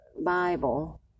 bible